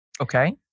Okay